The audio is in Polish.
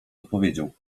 odpowiedział